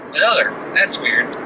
another, that's weird.